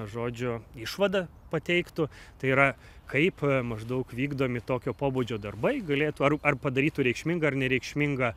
žodžiu išvadą pateiktų tai yra kaip maždaug vykdomi tokio pobūdžio darbai galėtų ar ar padarytų reikšmingą ar nereikšmingą